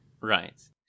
Right